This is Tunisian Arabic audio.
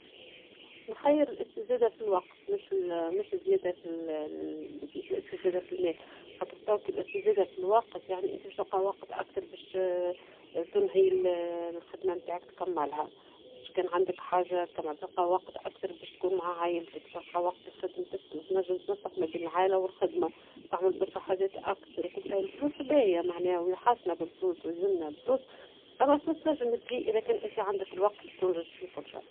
نخير الاستزادة في الوقت مش الزيادة الاستزادة في المال ، خاطر توا كالاستزادة في الوقت يعني انتي باش تلقى وقت أكثر باش تنهي الخدمة نتاعك تكملها باش كان عندك حاجة تلقى وقت أكثر باش تكون مع عايلتك ، تلقى وقت لخدمتك تنجم تنسق بين العايلة والخدمة ، تعمل برشا حاجات أكثر ، الفلوس باهية معناها وحاجتنا بالفلوس ولازملنا الفلوس ، أما الفلوس تنجم تجي اذا كان انتي عندك الوقت باش تنجو فيه كل شي.